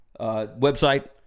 website